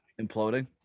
imploding